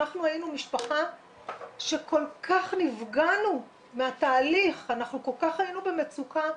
אנחנו כל כך נפגענו מהתהליך, כל כך היינו במצוקה,